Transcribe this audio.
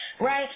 right